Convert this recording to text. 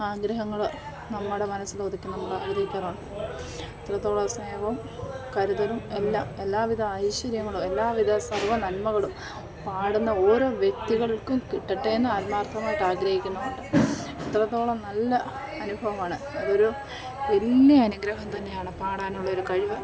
ആഗ്രഹങ്ങൾ നമ്മുടെ മനസ്സിൽ ഒതുക്കി നമ്മൾ ആഗ്രഹിക്കാറുണ്ട് അത്രത്തോളം സ്നേഹവും കരുതലും എല്ലാം എല്ലാവിധ ഐശ്വര്യങ്ങളും എല്ലാവിധ സർവ്വ നന്മകളും പാടുന്ന ഓരോ വ്യക്തികൾക്കും കിട്ടട്ടെയെന്ന് ആന്മാർദ്ധമായിട്ട് ആഗ്രഹിക്കുന്നൂണ്ട് അത്രത്തോളം നല്ല അനുഭവമാണ് അതൊരു വലിയ അനുഗ്രഹം തന്നെയാണ് പാടാനുള്ളൊരു കഴിവ്